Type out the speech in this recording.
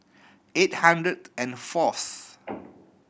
eight hundred and fourth